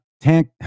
tank